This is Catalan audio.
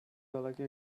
delegui